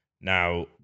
Now